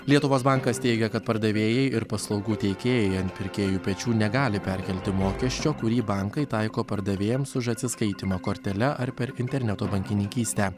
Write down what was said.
lietuvos bankas teigia kad pardavėjai ir paslaugų teikėjai ant pirkėjų pečių negali perkelti mokesčio kurį bankai taiko pardavėjams už atsiskaitymą kortele ar per interneto bankininkystę